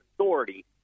authority